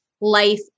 life